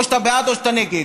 או שאתה בעד או שאתה נגד,